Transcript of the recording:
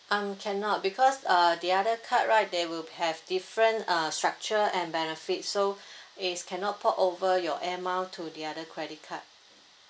um cannot because uh the other card right they will have different uh structure and benefit so is cannot port over your air mile to the other credit card